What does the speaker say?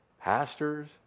pastors